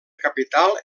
capital